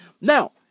Now